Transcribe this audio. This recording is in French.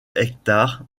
hectares